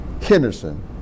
Henderson